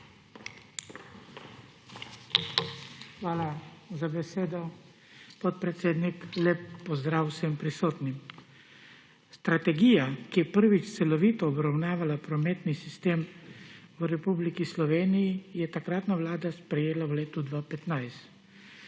Hvala za besedo, podpredsednik. Lep pozdrav vsem prisotnim! Strategija, ki je prvič celovito obravnavala prometni sistem v Republiki Sloveniji, je takratna Vlada sprejela v letu 2015.